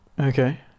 Okay